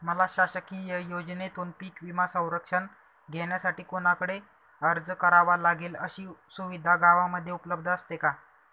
मला शासकीय योजनेतून पीक विमा संरक्षण घेण्यासाठी कुणाकडे अर्ज करावा लागेल? अशी सुविधा गावामध्ये उपलब्ध असते का?